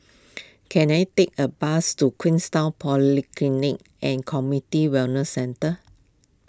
can I take a bus to Queenstown Polyclinic and Community Wellness Centre